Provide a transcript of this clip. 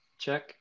check